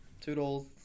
Toodles